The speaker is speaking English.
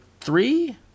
three